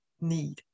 need